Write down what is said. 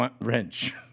wrench